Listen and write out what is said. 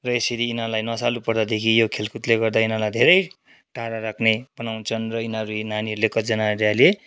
र यसरी यिनीहरूलाई नशालु पदार्थदेखि यो खेलकुदले गर्दा यिनीहरूलाई धेरै टाढो राख्ने बनाँउछन् र यिनीहरू यी नानीहरूले कतिजनाहरूले अहिले